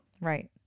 Right